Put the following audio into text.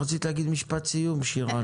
רצית להגיד משפט סיום, שירן.